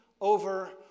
over